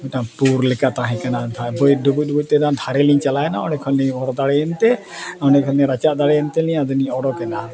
ᱢᱤᱫᱴᱟᱝ ᱯᱩᱨ ᱞᱮᱠᱟ ᱛᱟᱦᱮᱸ ᱠᱟᱱᱟ ᱫᱟᱜ ᱫᱤᱱ ᱰᱩᱵᱩᱡ ᱰᱩᱵᱟᱹᱭ ᱛᱮ ᱫᱟᱜ ᱫᱷᱟᱨᱮ ᱞᱤᱧ ᱪᱟᱞᱟᱣ ᱮᱱᱟ ᱚᱸᱰᱮ ᱠᱷᱚᱱᱞᱤᱧ ᱚᱨ ᱫᱟᱲᱮᱭᱮᱱ ᱛᱮ ᱚᱱᱮ ᱠᱷᱚᱱᱞᱤᱧ ᱨᱟᱪᱟᱜ ᱫᱟᱲᱮᱭᱮᱱ ᱛᱮᱞᱤᱧ ᱟᱫᱚᱞᱤᱧ ᱩᱰᱩᱠᱮᱱᱟ